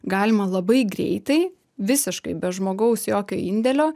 galima labai greitai visiškai be žmogaus jokio indėlio